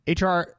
HR